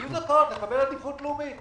הן זכאיות לקבל עדיפות לאומית.